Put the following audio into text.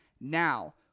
Now